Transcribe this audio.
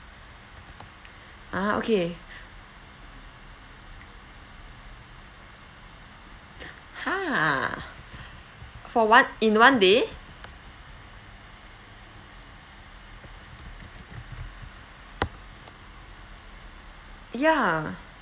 ah okay uh for one in one day ya